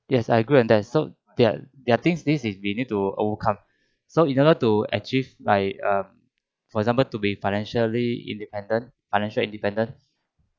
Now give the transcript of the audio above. yes I agree on that so they're they're things this is we need to overcome so in order to achieve like um for example to be financially independent financial independence